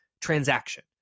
transaction